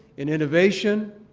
in innovation,